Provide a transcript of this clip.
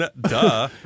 Duh